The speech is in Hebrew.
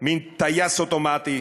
מין טייס אוטומטי,